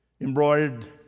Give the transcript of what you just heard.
embroidered